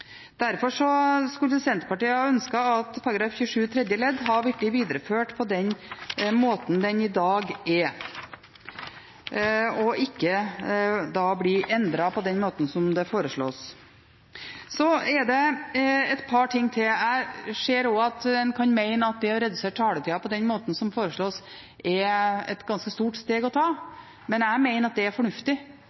Derfor skulle Senterpartiet ha ønsket at § 27 tredje ledd hadde blitt videreført på den måten den er i dag, og ikke bli endret på den måten det foreslås. Så er det et par ting til: Jeg ser også at en kan mene at det å redusere taletiden slik det foreslås, er et ganske stort steg å ta. Men jeg mener at det er fornuftig.